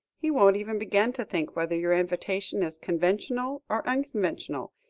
he won't even begin to think whether your invitation is conventional or unconventional,